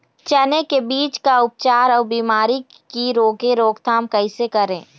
चने की बीज का उपचार अउ बीमारी की रोके रोकथाम कैसे करें?